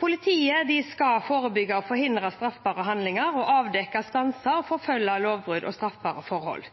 Politiet skal forebygge og forhindre straffbare handlinger og avdekke, stanse og forfølge lovbrudd og straffbare forhold.